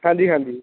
ਹਾਂਜੀ ਹਾਂਜੀ